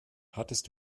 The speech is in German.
hattest